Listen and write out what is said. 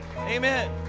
Amen